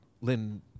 Lynn